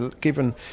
given